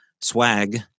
swag